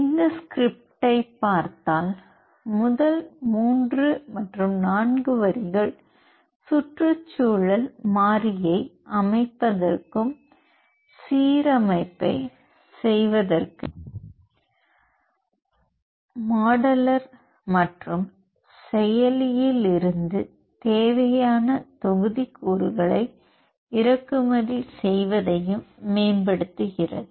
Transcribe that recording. இந்த ஸ்கிரிப்டைப் பார்த்தால் முதல் 3 4 வரிகள் சுற்றுச்சூழல் மாறியை அமைப்பதற்கும் சீரமைப்பைச் செய்வதற்கு மாடலர் மற்றும் செயலிலிருந்து தேவையான தொகுதிக்கூறுகளை இறக்குமதி செய்வதையும் மேம்படுத்துகிறது